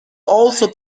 also